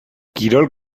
kirol